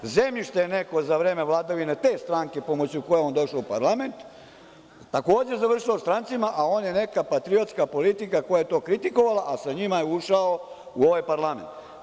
Zemljište je neko za vreme vladavine te stranke pomoću koje je on došao u parlament takođe završio strancima, a on je neka patriotska politika koja je to kritikovala, a sa njima je ušao u ovaj parlament.